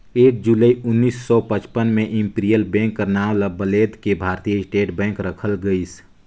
एक जुलाई उन्नीस सौ पचपन में इम्पीरियल बेंक कर नांव ल बलेद के भारतीय स्टेट बेंक रखल गइस